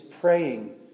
praying